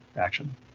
action